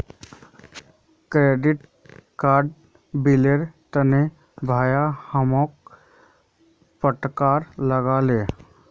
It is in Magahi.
क्रेडिट कार्ड बिलेर तने भाया हमाक फटकार लगा ले